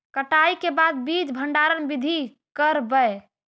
कटाई के बाद बीज भंडारन बीधी करबय?